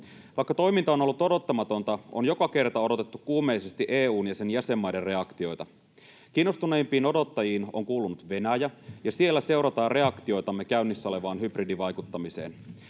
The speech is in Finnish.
Vaikka toiminta on ollut odottamatonta, on joka kerta odotettu kuumeisesti EU:n ja sen jäsenmaiden reaktioita. Kiinnostuneimpiin odottajiin on kuulunut Venäjä, ja siellä seurataan reaktioitamme käynnissä olevaan hybridivaikuttamiseen.